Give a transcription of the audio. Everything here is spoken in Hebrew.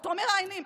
אותו מראיינים?